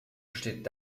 besteht